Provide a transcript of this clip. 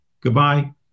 Goodbye